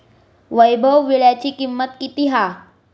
वैभव वीळ्याची किंमत किती हा?